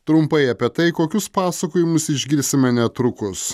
trumpai apie tai kokius pasakojimus išgirsime netrukus